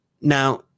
Now